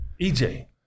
EJ